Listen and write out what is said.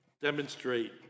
demonstrate